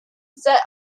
set